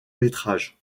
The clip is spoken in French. métrages